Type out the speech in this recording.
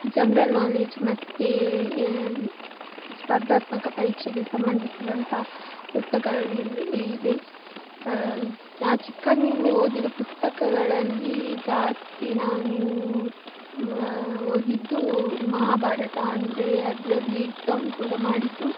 general knowledge ಮತ್ತು ಸ್ಪರ್ಧಾತ್ಮಕ ಪರೀಕ್ಷೆಗೆ ಸಂಬಂಧಿಸಿದಂಥ ಪುಸ್ತಕಗಳು ಇರು ಇದೆ ನಾನು ಚಿಕ್ಕಂದಿನಿಂದ ಓದಿದ ಪುಸ್ತಕಗಳಲ್ಲಿ ಜಾಸ್ತಿ ನಾನು ಓದಿದ್ದು ಮಹಾಭಾರತ ಅಂದರೆ ಅದರಲ್ಲಿ ಎಕ್ಸಾಮ್ ಕೂಡ ಮಾಡಿದರು